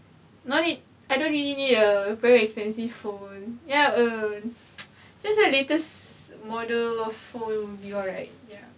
no need I don't really need a very expensive phone ya err just like latest model phone will be alright ya